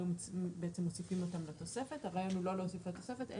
היו מוסיפים אותם לתוספת אבל לא מוסיפים לתוספת.